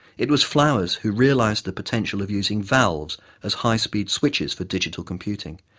it was flowers who realized the potential of using valves as high-speed switches for digital computing,